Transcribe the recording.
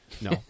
No